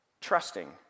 Trusting